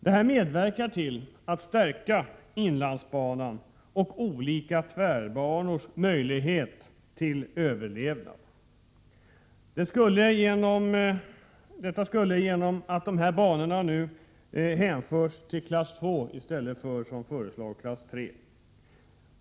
Detta medverkar till att stärka inlandsbanan och olika tvärbanors möjligheter till överlevnad — genom att dessa banor nu hänförs till klass 2 i stället för, som föreslagits, till klass 3.